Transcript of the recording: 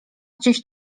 gdzieś